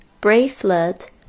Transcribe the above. Bracelet